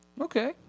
okay